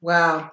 Wow